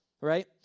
right